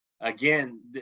Again